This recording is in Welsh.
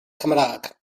cymraeg